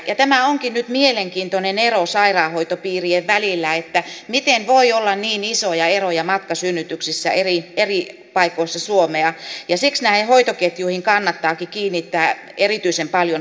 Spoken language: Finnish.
ja tämä onkin nyt mielenkiintoinen ero sairaanhoitopiirien välillä miten voi olla niin isoja eroja matkasynnytyksissä eri paikoissa suomea ja siksi näihin hoitoketjuihin kannattaakin kiinnittää erityisen paljon huomiota